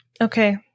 Okay